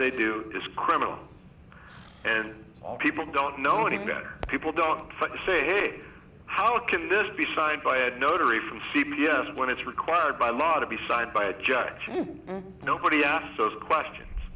they do is criminal and all people don't know any better people don't say hey how can this be signed by ed notary from c p s when it's required by law to be signed by a judge nobody asked us questions